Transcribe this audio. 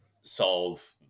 solve